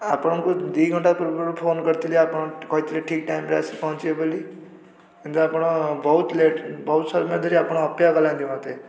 ଆପଣଙ୍କୁ ଦୁଇଘଣ୍ଟା ପୂର୍ବରୁ ଫୋନ୍ କରିଥିଲି ଆପଣ କହିଥିଲେ ଠିକ୍ ଟାଇମ୍ରେ ଆସି ପହଞ୍ଚିବେ ବୋଲି କିନ୍ତୁ ଆପଣ ବହୁତ ଲେଟ୍ ବହୁତ ସମୟ ଧରି ଅପେକ୍ଷା କଲେଣି ଟି ମୋତେ